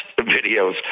videos